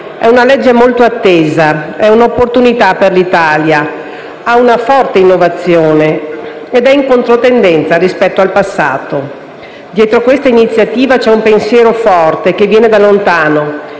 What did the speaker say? di una legge molto attesa, che costituisce un'opportunità per l'Italia, porta con sé una forte innovazione ed è in controtendenza rispetto al passato. Dietro questa iniziativa c'è un pensiero forte, che viene da lontano,